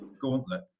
gauntlet